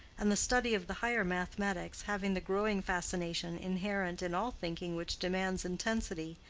and the study of the higher mathematics, having the growing fascination inherent in all thinking which demands intensity,